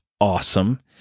awesome